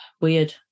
weird